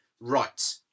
right